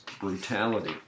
brutality